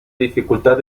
dificultad